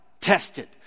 tested